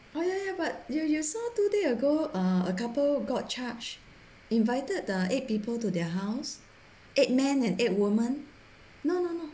oh ya ya but you you saw two days ago a couple got charge invited the eight people to their house eight men and eight woman no no no